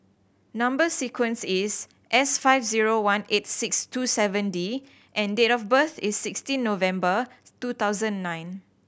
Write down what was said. number sequence is S five zero one eight six two seven D and date of birth is sixteen November two thousand nine